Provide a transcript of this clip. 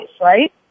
right